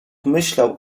myślał